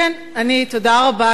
תודה רבה.